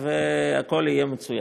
והכול יהיה מצוין.